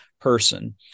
person